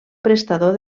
prestador